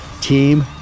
Team